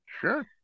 Sure